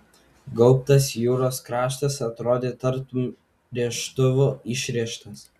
gaubtas jūros kraštas atrodė tartum rėžtuvu išrėžtas